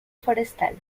forestal